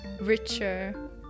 richer